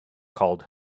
called